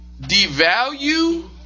Devalue